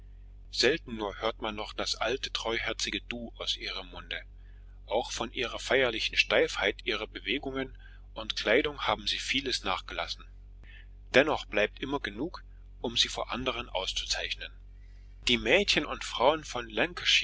selten nur hört man noch das alte treuherzige du aus ihrem munde auch von der feierlichen steifheit ihrer bewegungen und kleidung haben sie vieles nachgelassen dennoch bleibt immer genug um sie vor anderen auszuzeichnen die mädchen und frauen von